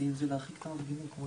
כמה